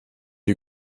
you